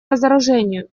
разоружению